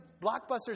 Blockbusters